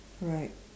alright